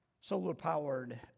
solar-powered